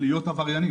להיות עבריינים.